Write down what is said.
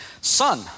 Son